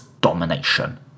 domination